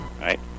right